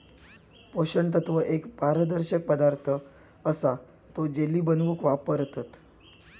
पोषण तत्व एक पारदर्शक पदार्थ असा तो जेली बनवूक वापरतत